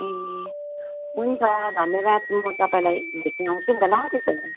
ए हुन्छ धन्यवाद म तपाईँलाई भेट्न आउँछु नि त ल त्यसो भए